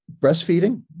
breastfeeding